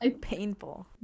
painful